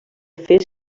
fer